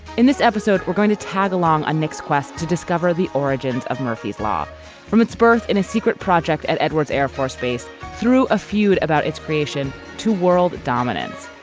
in this episode, we're going to tag along a next quest to discover the origins of murphy's law from its birth in a secret project at edwards air force base through a feud about its creation to world dominance.